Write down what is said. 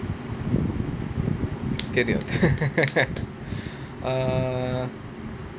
err